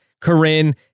Corinne